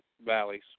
valleys